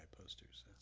posters